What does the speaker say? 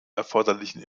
erforderlichen